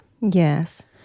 Yes